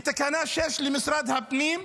בתקנה 6 למשרד הפנים,